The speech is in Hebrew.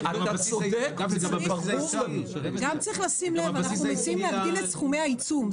צריך לשים לב שאנחנו מציעים להגדיל את סכומי העיצום.